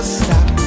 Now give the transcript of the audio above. stop